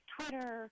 Twitter